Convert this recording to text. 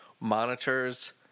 monitors